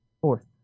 Fourth